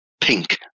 pink